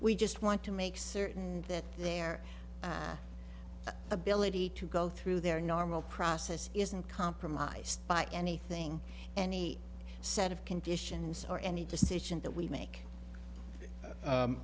we just want to make certain that their ability to go through their normal process isn't compromised by anything any set of conditions or any decision that we make